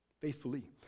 faithfully